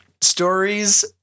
stories